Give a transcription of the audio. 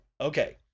Okay